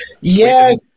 Yes